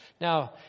Now